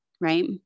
Right